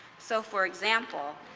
so for example,